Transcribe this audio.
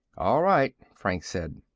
all right, franks said.